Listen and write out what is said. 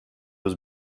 was